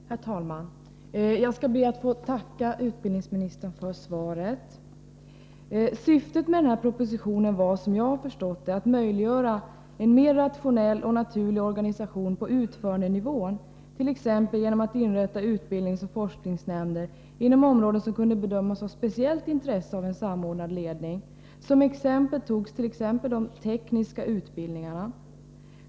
Herr talman! Jag skall be att få tacka utbildningsministern för svaret. Syftet med propositionen var, som jag har förstått det, att möjliggöra en mer rationell och naturlig organisation på utförandenivån, t.ex. genom att inrätta utbildningsoch forskningsnämnder inom områden som kunde bedömas ha speciellt intresse av en samordnad ledning. Som exempel togs de tekniska utbildningarna.